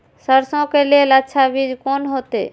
सरसों के लेल अच्छा बीज कोन होते?